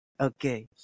Okay